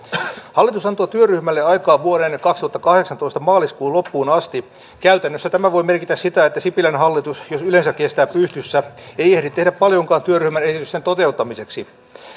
hallitus antoi työryhmälle aikaa vuoden kaksituhattakahdeksantoista maaliskuun loppuun asti käytännössä tämä voi merkitä sitä että sipilän hallitus jos yleensä kestää pystyssä ei ehdi tehdä paljonkaan työryhmän esitysten toteuttamiseksi